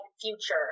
future